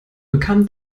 bekam